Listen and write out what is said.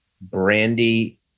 brandy